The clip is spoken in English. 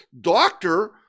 doctor